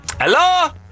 Hello